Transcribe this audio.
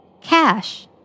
Cash